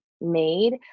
made